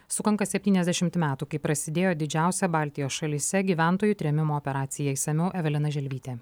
sukanka septyniasdešimt metų kai prasidėjo didžiausia baltijos šalyse gyventojų trėmimo operacija išsamiau evelina želvytė